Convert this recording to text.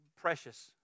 precious